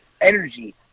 Energy